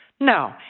No